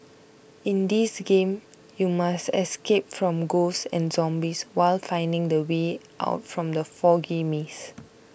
in this game you must escape from ghosts and zombies while finding the way out from the foggy maze